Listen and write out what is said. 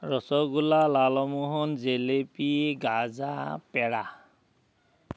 rasgulla lalmohan jalebi gaja পেৰা